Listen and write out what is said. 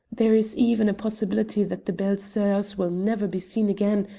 there is even a possibility that the belles soeurs will never be seen again,